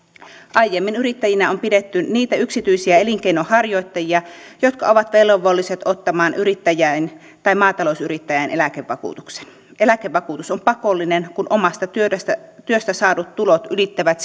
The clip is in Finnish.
aiemmin yrittäjinä on pidetty niitä yksityisiä elinkeinonharjoittajia jotka ovat velvolliset ottamaan yrittäjäin tai maatalousyrittäjäin eläkevakuutuksen eläkevakuutus on pakollinen kun omasta työstä työstä saadut tulot ylittävät